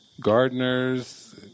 gardeners